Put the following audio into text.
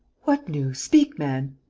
what news? speak, man!